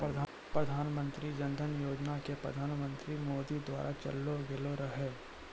प्रधानमन्त्री जन धन योजना के प्रधानमन्त्री मोदी के द्वारा चलैलो गेलो रहै